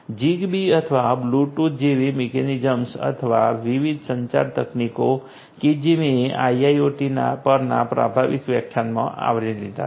ZigBee અથવા Bluetooth જેવી mechanisms અથવા વિવિધ સંચાર તકનીકો કે જે મેં IoT પરના પ્રારંભિક વ્યાખ્યાનમાં આવરી લીધા છે